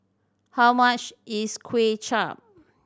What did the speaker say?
how much is Kuay Chap